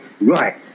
right